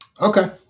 Okay